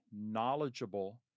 knowledgeable